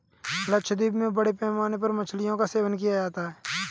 लक्षद्वीप में बड़े पैमाने पर मछलियों का सेवन किया जाता है